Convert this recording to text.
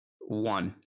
One